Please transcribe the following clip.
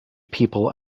people